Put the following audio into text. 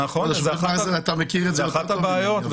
נכון, אנחנו ערים, זו אחת הבעיות.